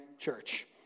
church